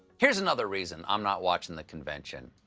here's another reason i'm not watching the convention.